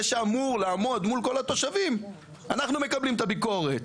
זה שאמור לעמוד מול התושבים אנחנו מקבלים את הביקורת